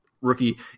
rookie